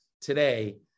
today